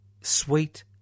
sweet